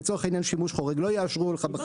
לצורך העניין שימוש חורג, ולא יאשרו לך בחיים.